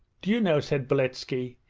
do you know said beletski,